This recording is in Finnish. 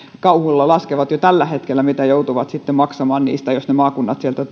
kauhulla laskevat jo tällä hetkellä mitä joutuvat sitten maksamaan kiinteistöjen osalta jos ne maakunnat sieltä